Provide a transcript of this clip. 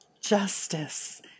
justice